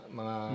mga